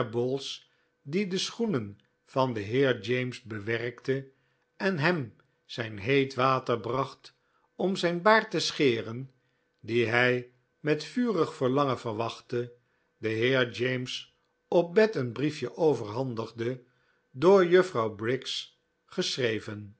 die de schoenen van den heer james bewerkte en hem zijn heet water bracht om zijn baard te scheren dien hij met vurig verlangen verwachtte den heer james op bed een brief je overhandigde door juffrouw briggs geschreven